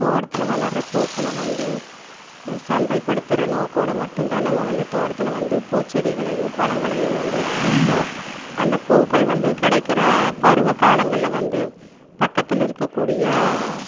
தோட்டத்தில் வளர்கிற பூக்கள் வந்து சந்தைப்படுத்துகிற நோக்கோட மட்டுந்தான் நம்ம வந்து தோட்டத்தில் வந்து பூச்செடிகளையும் பழங்களையும் வந்து வைப்போம் அந்த பூக்கள் வந்து கெடைக்கிற பருவக்காலங்கள்ல வந்து பக்கத்தில் இருக்கக்கூடிய